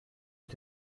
mit